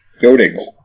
Buildings